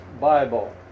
Bible